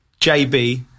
JB